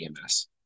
EMS